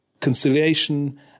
conciliation